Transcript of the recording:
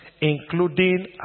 including